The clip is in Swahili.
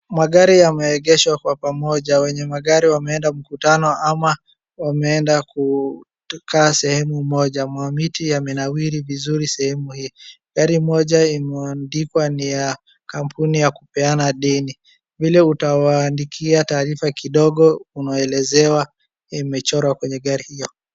Magari yameegeshwa kwa pamoja. Wenye magari wameenda mkutano ama wameenda kukaa sehemu moja. Mamiti yamenawiri vizuri sehemu hii. Gari moja imeandikwa ni ya kampuni ya kupeana deni. Vile utawaandikia taarifa kidogo unaelezewa imechorwa kwenye gari hio.